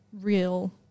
real